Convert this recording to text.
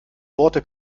worte